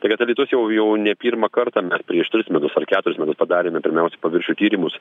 tai kad alytus jau jau ne pirmą kartą mes prieš tris metus ar keturis metus padarėme pirmiausia paviršių tyrimus